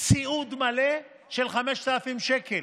סיעוד מלא של 5,000 שקל,